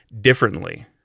differently